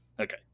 okay